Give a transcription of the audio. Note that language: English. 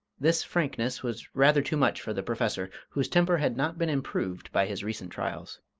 this frankness was rather too much for the professor, whose temper had not been improved by his recent trials.